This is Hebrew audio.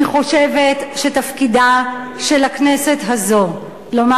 אני חושבת שתפקידה של הכנסת הזאת לומר